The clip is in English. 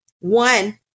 One